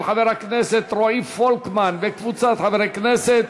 של חבר הכנסת רועי פולקמן וקבוצת חברי הכנסת.